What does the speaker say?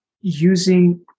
using